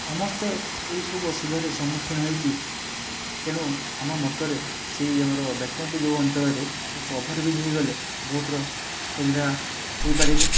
ସମସ୍ତେ ଏହି ସବୁ ଅସୁବିଧାର ସମ୍ମୁଖିନ ହେଇକି ତେଣୁ ଆମ ମତରେ ସେଇ ଆମର ବେତନଟି ଯେଉଁ ଅଞ୍ଚଳରେ ଏକ ଓଭର୍ ବ୍ରିଜ୍ ହେଇଗଲେ ବହୁତର ସୁବିଧା ହେଇପାରିବ